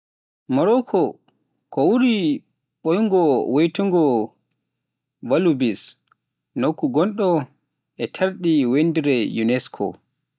Maruk ko wuro ɓooyngo wiyeteengo Volubilis, nokku gonɗo e taariindi winndere UNESCO,